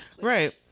Right